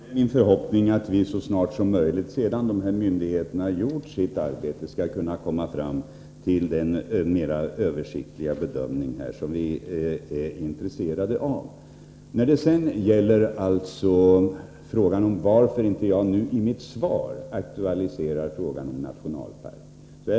Herr talman! Det är min förhoppning att vi så snart som möjligt, efter att dessa myndigheter har gjort sitt arbete, skall kunna komma fram till den mera översiktliga bedömning som vi är intresserade av. Lars Ernestam frågar varför jag inte nu i mitt svar aktualiserar nationalparksidén.